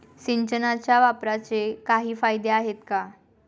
सिंचनाच्या वापराचे काही फायदे आहेत का?